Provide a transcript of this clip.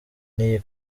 n’iyi